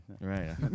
Right